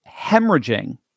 hemorrhaging